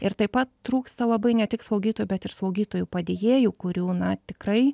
ir taip pat trūksta labai ne tik slaugytojų bet ir slaugytojų padėjėjų kurių na tikrai